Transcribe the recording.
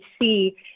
see